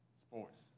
sports